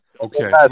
okay